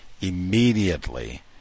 immediately